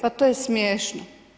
Pa to je smiješno.